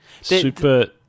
Super